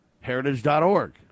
Heritage.org